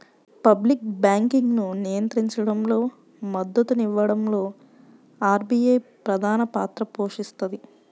public బ్యాంకింగ్ను నియంత్రించడంలో, మద్దతునివ్వడంలో ఆర్బీఐ ప్రధానపాత్ర పోషిస్తది